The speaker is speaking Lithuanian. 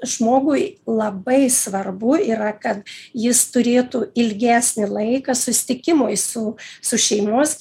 žmogui labai svarbu yra ka jis turėtų ilgesnį laiką susitikimui su su šeimos